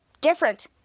different